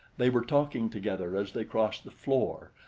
they were talking together as they crossed the floor,